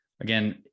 Again